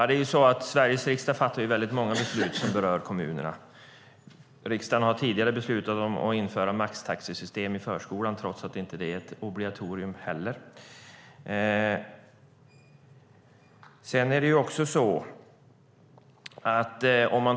Herr talman! Sveriges riksdag fattar många beslut som berör kommunerna. Riksdagen har till exempel tidigare beslutat om att införa maxtaxesystem i förskolan trots att inte heller det är ett obligatorium.